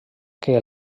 que